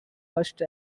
first